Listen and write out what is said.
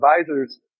advisors